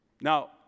Now